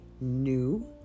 new